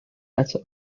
eto